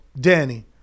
Danny